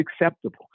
acceptable